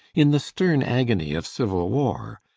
in the stern agony of civil war,